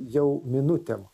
jau minutėm